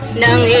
no